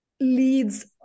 leads